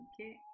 Okay